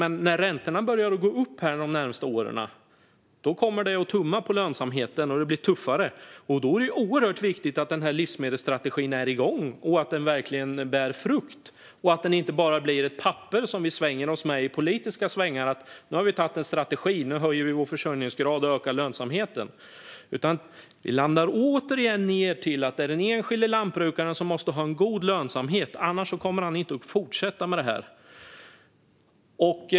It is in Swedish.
Men när räntorna börja gå upp under de närmaste åren kommer det att tumma på lönsamheten, och det blir tuffare. Då är det oerhört viktigt att denna livsmedelsstrategi är igång, att den verkligen bär frukt och att den inte bara blir ett papper som vi svänger oss med i politiken och säger: Nu har vi antagit en strategi. Nu höjer vi vår försörjningsgrad och ökar lönsamheten. Vi landar återigen i att det är den enskilda lantbrukaren som måste ha en god lönsamhet. Annars kommer han inte att fortsätta med detta.